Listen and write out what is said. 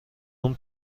اون